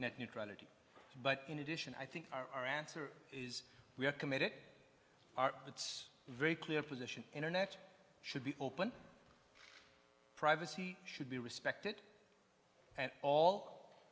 neutrality but in addition i think our answer is we are committed are it's very clear position internet should be open privacy should be respected and all